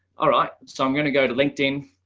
alright, so i'm going to go to linkedin,